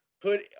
put